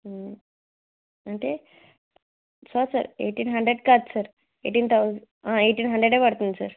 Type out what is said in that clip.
అంటే కాదు sir eighteen hundred కాదు సార్ ఎయిటీన్ థౌసండ్ ఎయిటీన్ హండ్రేడే పడుతుంది సార్